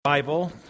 Bible